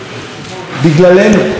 בגלל טעויות שלנו,